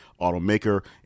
automaker